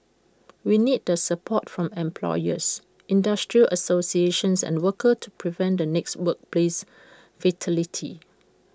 we need the support from employers industry associations and workers to prevent the next workplace fatality